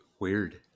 Weird